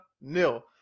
nil